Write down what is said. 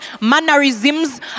mannerisms